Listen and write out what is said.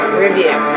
review